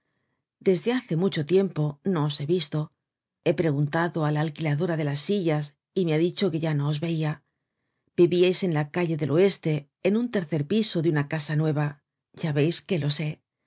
desde hace mucho tiempo no os he visto he preguntado á la alquiladora de las sillas y me ha dicho que ya no os veia vivíais en la calle del oeste en un tercer piso de una casa nueva ya veis que lo sé